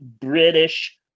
British